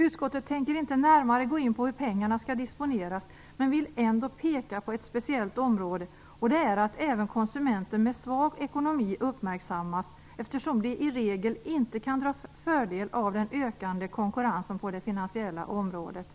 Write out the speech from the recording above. Utskottet tänker inte närmare gå in på hur pengarna skall disponeras men vill ändå peka på ett speciellt område. Det gäller att även konsumenter med svag ekonomi skall uppmärksammas, eftersom de i regel inte kan dra fördel av den ökande konkurrensen på det finansiella området.